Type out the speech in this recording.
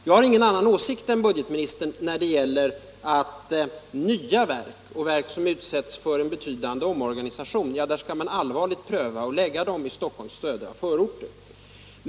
Jag har ingen annan åsikt än budgetministern när det gäller nya verk och verk som utsätts för betydande omorganisation. Då skall man allvarligt pröva att lägga dem i Stockholms södra förorter.